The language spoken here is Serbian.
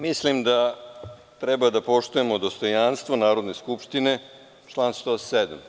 Mislim da treba da poštujemo dostojanstvo Narodne skupštine, član 107.